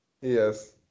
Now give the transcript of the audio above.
Yes